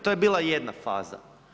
To je bila jedna faza.